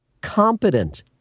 Competent